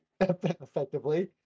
effectively